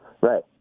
Right